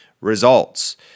results